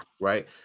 right